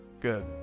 Good